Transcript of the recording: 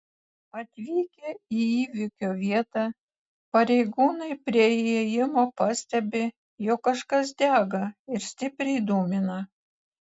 atvykę į įvykio vietą pareigūnai prie įėjimo pastebi jog kažkas dega ir stipriai dūmina